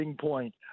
point